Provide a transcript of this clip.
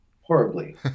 horribly